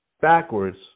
backwards